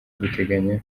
duteganya